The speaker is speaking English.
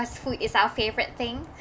food is our favorite thing